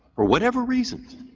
for whatever reasons.